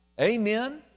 Amen